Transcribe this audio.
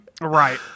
Right